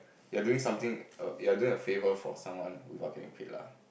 you are doing some thing err you are doing a favor for someone without getting paid lah